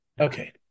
Okay